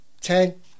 Ten